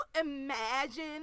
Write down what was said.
imagine